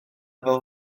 fel